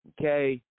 Okay